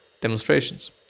demonstrations